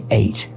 eight